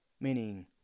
Meaning